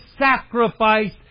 sacrifice